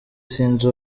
sinzi